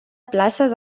places